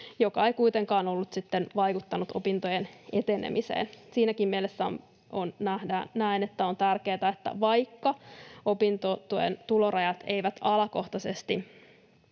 joka ei kuitenkaan ollut sitten vaikuttanut opintojen etenemiseen. Siinäkin mielessä näen, että on tärkeätä, että vaikka opintotuen tulorajat eivät alakohtaisesti